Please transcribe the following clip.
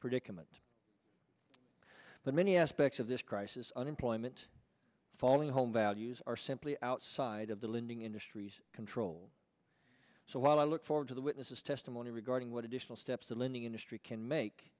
predicament but many aspects of this crisis unemployment falling home values are simply outside of the lending industry's control so while i look forward to the witness's testimony regarding what additional steps the lending industry can make